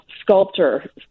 sculptor